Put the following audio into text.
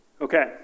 Okay